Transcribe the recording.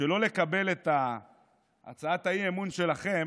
שלא לקבל את הצעת האי-אמון שלכם,